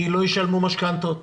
לא ישלמו משכנתאות